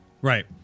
Right